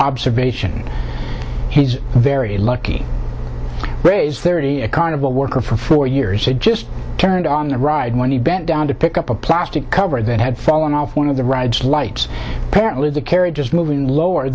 observation he's very lucky raised thirty a carnival worker for four years had just turned on the ride when he bent down to pick up a plastic cover that had fallen off one of the rides lights parent lit the carriages moving lower